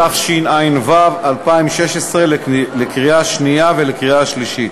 התשע"ו 2016, לקריאה שנייה ולקריאה שלישית.